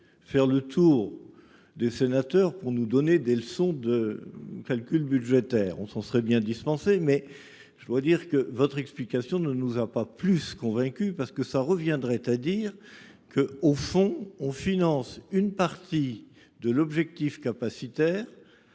Faire le tour des sénateurs pour nous donner des leçons de. Calcul budgétaire, on s'en serait bien dispensée. Mais je dois dire que votre explication ne nous a pas plus convaincu parce que ça reviendrait à dire que au fond on finance une partie de l'objectif capacitaire.